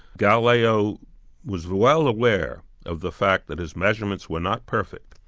galileo was well aware of the fact that his measurements were not perfect,